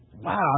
wow